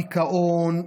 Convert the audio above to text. הדיכאון,